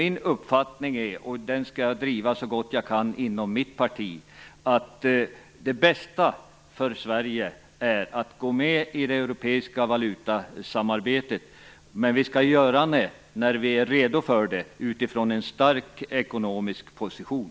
Min uppfattning är - och den skall jag driva så gott jag kan inom mitt parti - att det bästa för Sverige är att gå med i det europeiska valutasamarbetet. Men vi skall göra det när vi är redo för det utifrån en stark ekonomisk position.